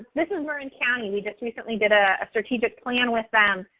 this is marin county, we just recently did a strategic plan with them.